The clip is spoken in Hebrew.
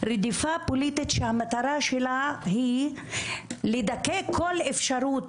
רדיפה פוליטית שהמטרה שלה היא לדכא כל אפשרות